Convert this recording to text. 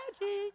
Magic